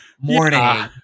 morning